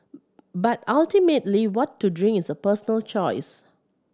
but ultimately what to drink is a personal choice